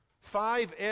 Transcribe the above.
Five